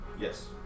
Yes